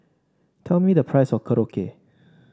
tell me the price of Korokke